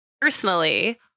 personally